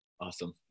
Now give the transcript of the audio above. Awesome